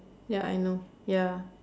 ya I know ya